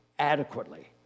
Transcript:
adequately